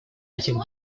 этих